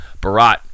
Barat